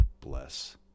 bless